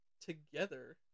together